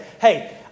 hey